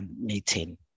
meeting